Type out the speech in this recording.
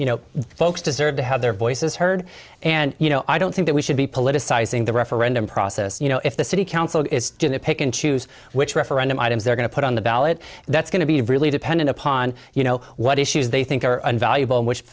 you know the folks deserve to have their voices heard and you know i don't think that we should be politicizing the referendum process you know if the city council is going to pick and choose which referendum items they're going to put on the ballot that's going to be really dependent upon you know what issues they think are invaluable and which